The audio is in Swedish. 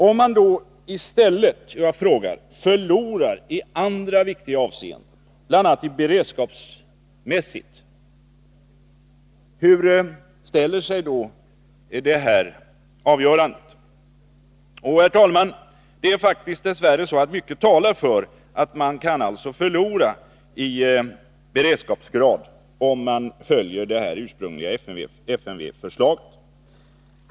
Men =— hur förnuftigt är detta om man i stället förlorar i andra viktiga avseenden, bl.a. beredskapsmässiga? Risken är stor, herr talman, att man kan förlora i beredskapsgrad och operativ styrka om man följer FMV förslaget.